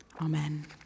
Amen